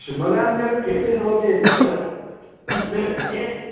शिमोगा नगरे केपि सर्वमपि यदस्ति